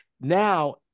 Now